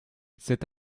cet